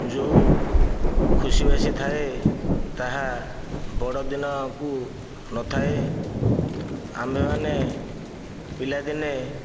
ଯେଉଁ ଖୁସିବାସି ଥାଏ ତାହା ବଡ଼ ଦିନକୁ ନଥାଏ ଆମେମାନେ ପିଲାଦିନେ